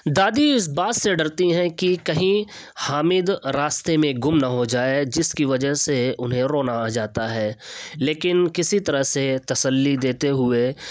دادی اس بات سے ڈرتی ہیں کہ کہیں حامد راستے میں گم نہ ہو جائے جس کی وجہ سے انہیں رونا آ جاتا ہے لیکن کسی طرح سے تسلی دیتے ہوئے